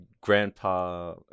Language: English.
Grandpa